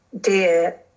dear